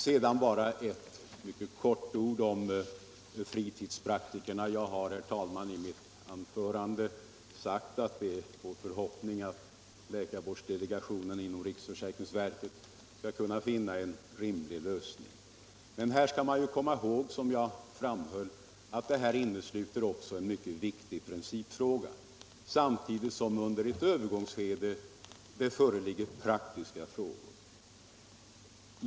Sedan vill jag kort ta upp frågan om fritidspraktikerna. Jag har, herr talman, i mitt anförande sagt att det är vår förhoppning att läkarvårdsdelegationen inom riksförsäkringsverket skall kunna finna en rimlig lösning på de problem som det här gäller. Men man skall därvid, som jag också framhöll, komma ihåg att denna fråga innesluter en mycket viktig principfråga samtidigt som det under ett övergångsskede föreligger praktiska problem.